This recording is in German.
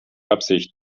absicht